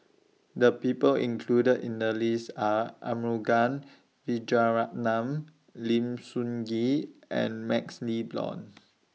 The People included in The list Are Arumugam Vijiaratnam Lim Sun Gee and MaxLe Blond